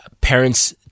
parents –